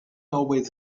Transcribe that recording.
always